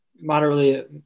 moderately